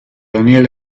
daniel